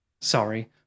sorry